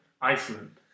Iceland